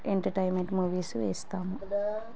entertainment movies వేస్తాము